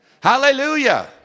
Hallelujah